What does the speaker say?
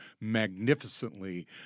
magnificently